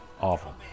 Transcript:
Awful